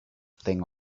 thing